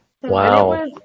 Wow